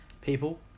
People